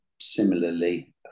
similarly